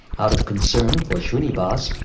out of concern for shrinivas,